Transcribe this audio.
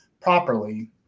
properly